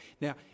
now